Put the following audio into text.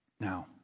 Now